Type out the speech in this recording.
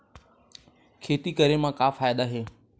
खेती करे म का फ़ायदा हे?